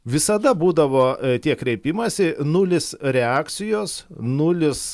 visada būdavo tie kreipimasi nulis reakcijos nulis